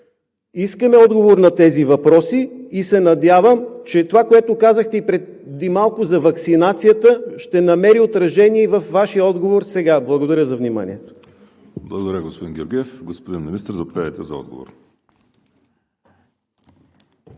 Искаме отговор на тези въпроси и се надявам, че това, което казахте и преди малко за ваксинацията, ще намери отражение във Вашия отговор сега. Благодаря за вниманието. ПРЕДСЕДАТЕЛ ВАЛЕРИ СИМЕОНОВ: Благодаря, господин Георгиев. Господин Министър, заповядайте за отговор.